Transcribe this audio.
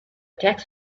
tax